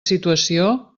situació